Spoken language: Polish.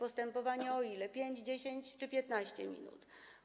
O 5, 10 czy 15 minut?